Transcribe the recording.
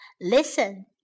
Listen